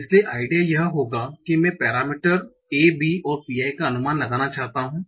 इसलिए आइडिया यह होगा कि मैं पेरामीटरस A B और Pi का अनुमान लगाना चाहता हूं